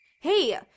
Hey